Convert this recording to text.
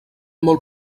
molt